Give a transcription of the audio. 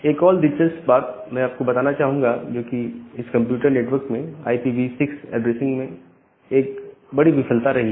एक और दिलचस्प बात मैं आपको बताना चाहूंगा जो कि इस कंप्यूटर नेटवर्क में IPv6 ऐड्रेसिंग में एक बड़ी विफलता रही है